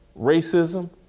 racism